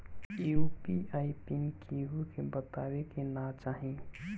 UPI PIN केहू के बतावे के ना चाही